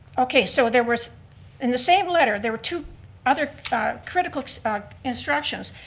okay, so there was in the same letter, there were two other critical instructions.